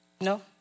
No